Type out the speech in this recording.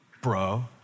Bro